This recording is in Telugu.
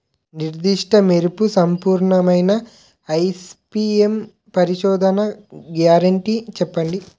నిర్దిష్ట మెరుపు సంపూర్ణమైన ఐ.పీ.ఎం పరిశోధన గ్యారంటీ చెప్పండి?